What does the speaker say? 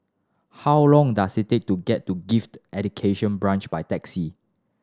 how long does it take to get to Gifted Education Branch by taxi